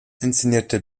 inszenierte